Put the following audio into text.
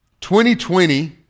2020